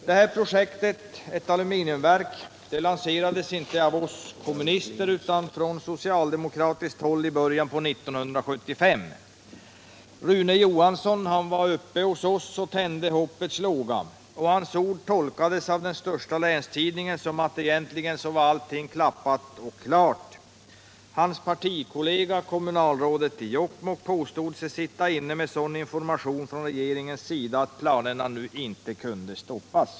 Det här projektet, ett aluminiumverk, lanserades inte av oss kommunister utan från socialdemokratiskt håll i början på 1975. Rune Johansson var uppe hos oss och tände hoppets låga. Hans ord tolkades av den största länstidningen som att det egentligen var klappat och klart. Hans partikollega, kommunalrådet i Jokkmokk, påstod sig sitta inne med sådan information från regeringens sida att planerna inte kunde stoppas.